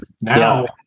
now